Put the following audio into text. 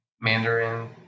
Mandarin